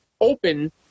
open